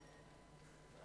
נמנעים,